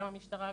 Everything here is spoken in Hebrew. גם המשטרה,